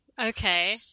Okay